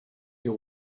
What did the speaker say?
you